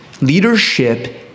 Leadership